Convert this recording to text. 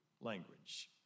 language